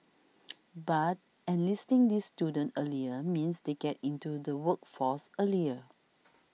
but enlisting these students earlier means they get into the workforce earlier